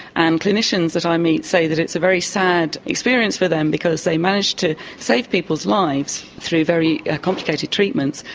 um clinicians that i meet say that it's a very sad experience for them because they manage to save peoples' lives through very complicated treatments,